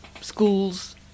schools